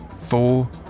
four